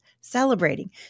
celebrating